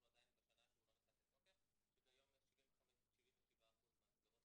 בשנה שהוא עוד לא נכנס לתוקף שכיום 77 אחוזים מהמסגרות